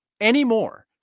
anymore